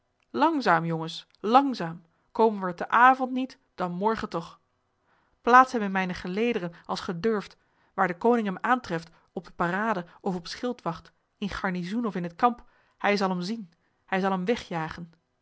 langzaam jongens langzaam komen we er te avond niet dan morgen toch plaats hem in mijne gelederen als ge durft waar de koning hem aantreft op de parade of op schildwacht in garnizoen of in het kamp hij zal hem zien hij zal hem wegjagen